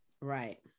Right